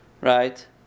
Right